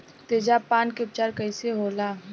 तेजाब पान के उपचार कईसे होला?